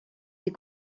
des